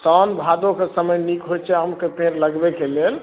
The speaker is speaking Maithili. साओन भादो कऽ समय नीक होइत छै आम कऽ पेड़ लगबै कऽ लेल